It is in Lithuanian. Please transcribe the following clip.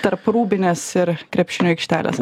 tarp rūbinės ir krepšinio aikštelės